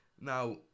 Now